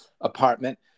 apartment